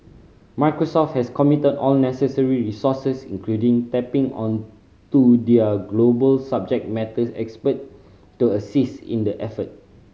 Microsoft has committed all necessary resources including tapping onto their global subject matter expert to assist in the effort